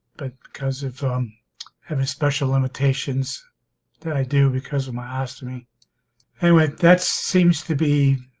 but because of um having special limitations that i do because of my ostomy anyway that seems to be